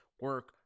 Work